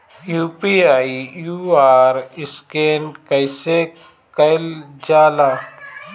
UPI QR scan कइसे कईल जा ला?